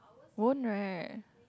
won't right